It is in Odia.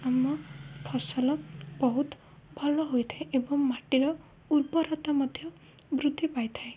ଆମ ଫସଲ ବହୁତ ଭଲ ହୋଇଥାଏ ଏବଂ ମାଟିର ଉର୍ବରତା ମଧ୍ୟ ବୃଦ୍ଧି ପାଇଥାଏ